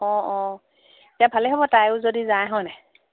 অঁ অঁ এতিয়া ভালেই হ'ব তাইও যদি যায় হয় নাই